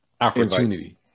opportunity